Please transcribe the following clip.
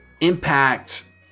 impact